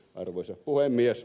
arvoisa puhemies